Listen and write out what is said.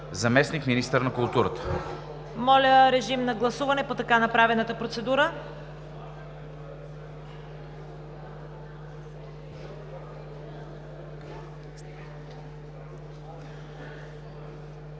заместник-министър на културата.